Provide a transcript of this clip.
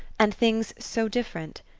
and things so different.